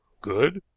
good,